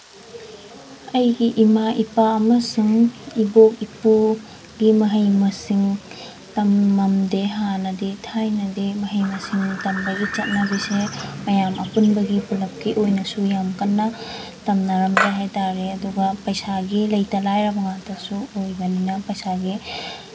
ꯑꯩꯒꯤ ꯏꯃꯥ ꯏꯄꯥ ꯑꯃꯁꯨꯡ ꯏꯕꯣꯛ ꯏꯄꯨꯒꯤ ꯃꯍꯩ ꯃꯁꯤꯡ ꯇꯝꯂꯝꯗꯦ ꯍꯥꯟꯅꯗꯤ ꯊꯥꯏꯅꯗꯤ ꯃꯍꯩ ꯃꯁꯤꯡ ꯇꯝꯕꯒꯤ ꯆꯠꯅꯕꯤꯁꯦ ꯃꯌꯥꯝ ꯑꯄꯨꯟꯕꯒꯤ ꯄꯨꯜꯂꯞꯀꯤ ꯑꯣꯏꯅꯁꯨ ꯌꯥꯝ ꯀꯟꯅ ꯇꯝꯅꯔꯝꯗꯦ ꯍꯥꯏ ꯇꯥꯔꯦ ꯑꯗꯨꯒ ꯄꯩꯁꯥꯒꯤ ꯂꯩꯇ ꯂꯥꯏꯔꯕ ꯉꯥꯛꯇꯁꯨ ꯑꯣꯏꯕꯅꯤꯅ ꯄꯩꯁꯥꯒꯤ